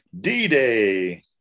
D-Day